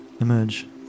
emerge